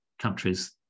countries